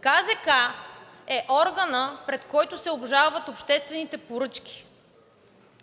КЗК е органът, пред който се обжалват обществените поръчки,